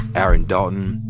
aaron dalton,